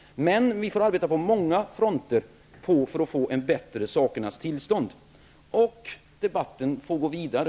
Men vi får arbeta på många fronter för att få ett bättre sakernas tillstånd. Debatten får gå vidare.